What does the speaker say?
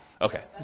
Okay